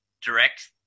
Direct